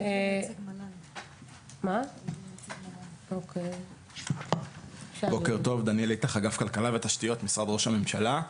אני רק רוצה לשמוע התייחסות של משרד ראש הממשלה.